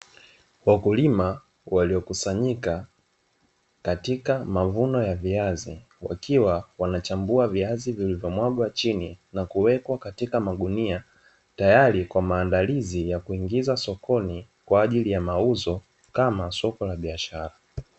Wakulima waliokusanyika katika mavuno ya viazi wakiwa wanachambua viazi vilivyomwagwa chini na kuwekwa katika magunia, tayari kwa maandalizi ya kuingiza sokoni kwa ajili ya mauzo kama soko la biashara.